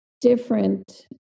different